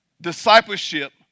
discipleship